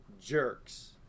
jerks